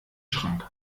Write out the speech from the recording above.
schrank